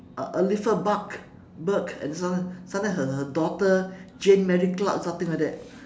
elifa bark berk and sometimes her daughter jane mary clark something like that